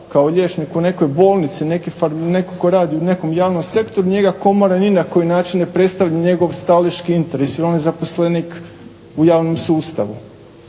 Kao liječnik u nekoj bolnici, netko tko radi u nekom javnom sektoru njega komora ni na koji način ne predstavlja njegov staleški interes jer on je zaposlenik u javnom sustavu.